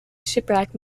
shipwreck